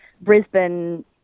Brisbane